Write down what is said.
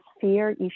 fear